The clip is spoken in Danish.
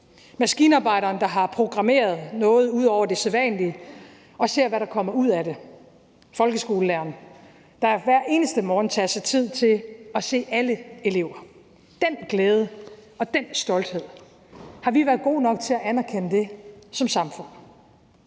maskinarbejderen, der har programmeret noget ud over det sædvanlige og ser, hvad der kommer ud af det; folkeskolelæreren, der hver eneste morgen tager sig tid til at se alle elever. Den glæde og den stolthed – har vi været gode nok til at anerkende det som samfund?